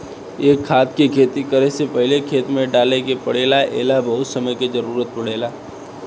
ए खाद के खेती करे से पहिले खेत में डाले के पड़ेला ए ला बहुत समय के जरूरत पड़ेला